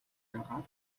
агаад